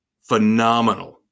phenomenal